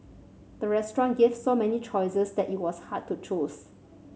the restaurant gave so many choices that it was hard to choose